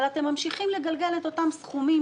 אבל אתם ממשיכים לגלגל את אותם סכומים,